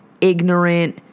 ignorant